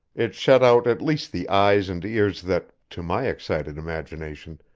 it shut out at least the eyes and ears that, to my excited imagination,